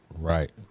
Right